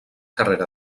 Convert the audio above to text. carrera